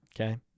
Okay